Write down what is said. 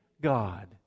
god